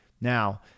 Now